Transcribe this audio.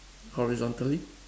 horizontally